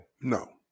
No